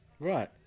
Right